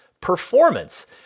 performance